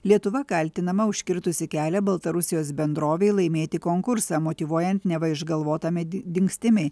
lietuva kaltinama užkirtusi kelią baltarusijos bendrovei laimėti konkursą motyvuojant neva išgalvota medi dingstimi